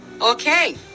Okay